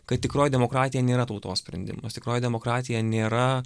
kad tikroji demokratija nėra tautos sprendimas tikroji demokratija nėra